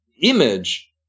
image